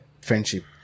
friendship